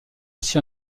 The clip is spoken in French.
aussi